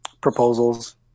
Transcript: proposals